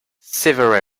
several